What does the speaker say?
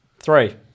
Three